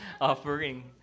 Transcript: offering